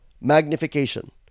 magnification